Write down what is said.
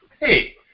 Hey